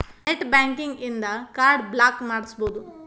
net banking ಇನ್ದಾ card block ಮಾಡ್ಸ್ಬೊದು